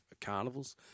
carnivals